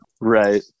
Right